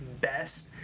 best